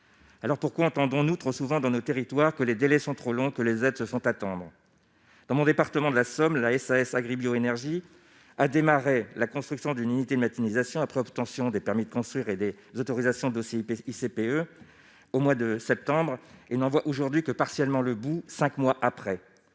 alors pourquoi, entendons-nous trop souvent dans nos territoires que les délais sont trop longs, que les aides se sont attendus dans mon département de la Somme, la SAS agri-bioénergie a démarré la construction d'une unité de matinée après obtention des permis de construire et des autorisations d'aussi parce CPE au mois de septembre, et nous on voit aujourd'hui que partiellement le bout, 5 mois après,